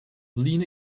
lean